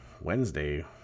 Wednesday